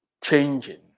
changing